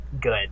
good